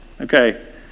Okay